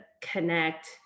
connect